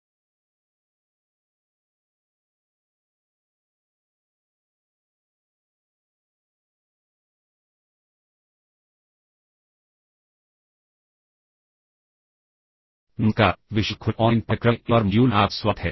नमस्कार इस विशाल खुले ऑनलाइन पाठ्यक्रम में एक और मॉड्यूल में आपका स्वागत है